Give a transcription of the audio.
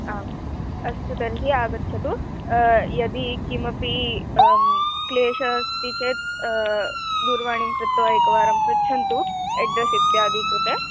आम् अस्तु तर्हि आगच्छतु यदि किमपि क्लेशः अस्ति चेत् दूरवाणीं कृत्वा एकवारं पृच्छन्तु एड्रस् इत्यादिकृते